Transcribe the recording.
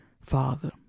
Father